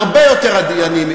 הרבה יותר עניים,